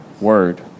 Word